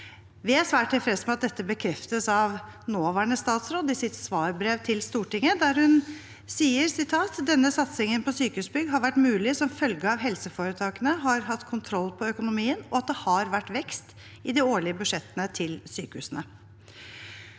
Vi er svært tilfreds med at dette bekreftes av nåværende statsråd i sitt svarbrev til Stortinget, der hun sier: «Denne satsingen på sykehusbygg har vært mulig som følge av at helseforetakene har hatt kontroll på økonomien og at det har vært vekst i de årlige budsjettene til sykehusene.»